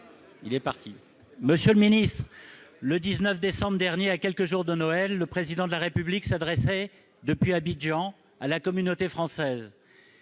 Il est parti ! Monsieur le ministre, le 19 décembre dernier, à quelques jours de Noël, le Président de la République s'adressait à la communauté française